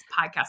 podcast